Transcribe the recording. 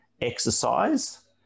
exercise